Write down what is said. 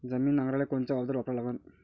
जमीन नांगराले कोनचं अवजार वापरा लागन?